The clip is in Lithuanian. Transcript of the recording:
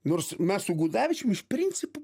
nors mes su gudavičium iš principo